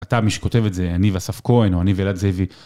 אתה מי שכותב את זה, אני ואסף כהן, או אני ואלעד זאבי.